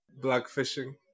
Blackfishing